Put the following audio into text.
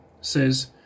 says